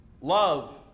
Love